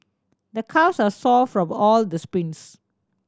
the calves are sore from all the sprints